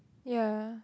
yeah